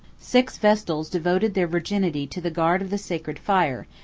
six vestals devoted their virginity to the guard of the sacred fire,